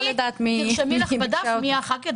-- תרשמי לך בדף מי חברות הכנסת,